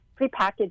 prepackaged